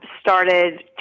started